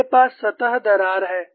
मेरे पास सतह दरार है